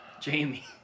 Jamie